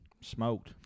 Smoked